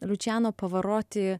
liučijano pavaroti